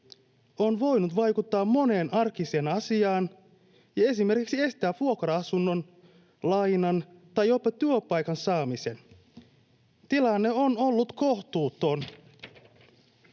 on voinut vaikuttaa moneen arkiseen asiaan ja esimerkiksi estää vuokra-asunnon, lainan tai jopa työpaikan saamisen. Tilanne on ollut kohtuuton.